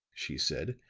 she said,